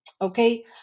Okay